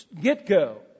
get-go